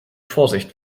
vorsicht